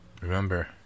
Remember